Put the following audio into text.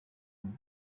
ngo